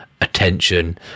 attention